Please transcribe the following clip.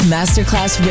Masterclass